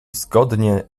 zgodnie